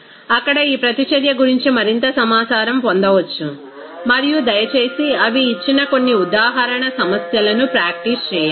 అక్కడ ఈ ప్రతిచర్య గురించి మరింత సమాచారం పొందవచ్చు మరియు దయచేసి అవి ఇచ్చిన కొన్ని ఉదాహరణ సమస్యలను ప్రాక్టీస్ చేయండి